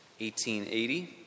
1880